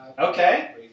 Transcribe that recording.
Okay